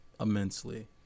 immensely